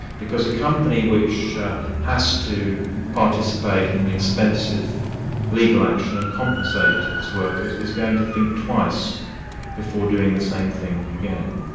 because a company which has to participate in and an expensive legal action and compensate its workers is going to think twice before doing the same thing again.